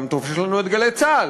גם טוב שיש לנו "גלי צה"ל",